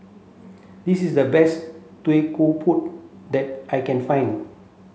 this is the best that I can find